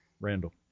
Randall